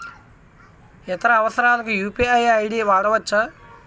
ఇతర అవసరాలకు UPI ID వాడవచ్చా?